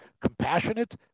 compassionate